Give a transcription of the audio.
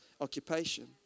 occupation